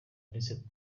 ndetse